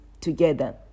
together